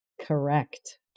Correct